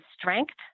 strength